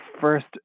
first